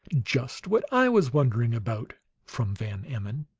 just what i was wondering about, from van emmon.